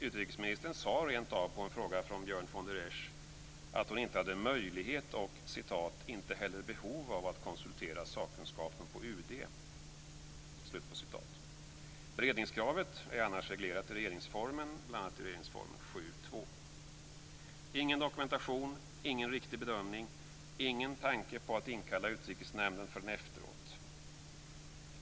Utrikesministern sade rent av på en fråga från Björn von der Esch att hon inte hade möjlighet och "inte heller behov av att konsultera sakkunskapen på UD". Beredningskravet är annars reglerat i regeringsformen, bl.a. i regeringsformen Ingen dokumentation, ingen riktig bedömning, ingen tanke på att inkalla Utrikesnämnden förrän efteråt.